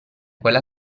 quella